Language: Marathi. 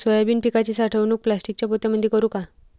सोयाबीन पिकाची साठवणूक प्लास्टिकच्या पोत्यामंदी करू का?